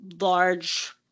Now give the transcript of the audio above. large